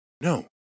No